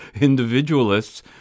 individualists